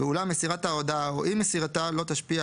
ואולם מסירת ההודעה או אי־מסירתה לא תשפיע